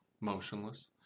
motionless